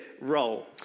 role